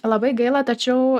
labai gaila tačiau